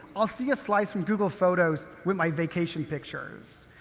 i'll see a slice from google photos with my vacation pictures.